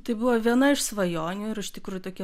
tai buvo viena iš svajonių ir iš tikrųjų tokia